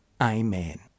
Amen